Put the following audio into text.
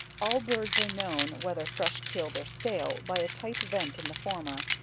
all birds are known, whether fresh killed or stale, by a tight vent in the former,